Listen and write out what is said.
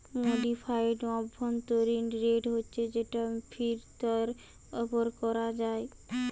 modified অভ্যন্তরীণ rate হচ্ছে যেটা ফিরতের উপর কোরা হয়